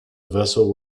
vessel